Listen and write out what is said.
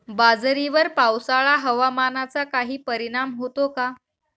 बाजरीवर पावसाळा हवामानाचा काही परिणाम होतो का?